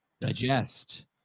digest